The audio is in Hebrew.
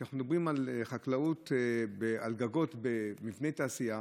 כשאנחנו מדברים על חקלאות על גגות במבני תעשייה,